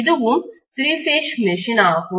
இதுவும் three phase machine இயந்திரம் ஆகும்